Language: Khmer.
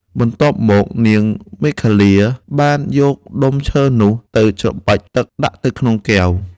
បន្ទាប់មកនាងមេខលាបានយកដុំឈើនោះទៅច្របាច់ទឹកដាក់ទៅក្នុងកែវ។